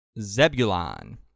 zebulon